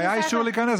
היה אישור להיכנס,